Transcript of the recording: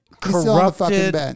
Corrupted